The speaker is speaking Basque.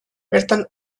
bertan